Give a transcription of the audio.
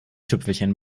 tüpfelchen